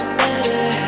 better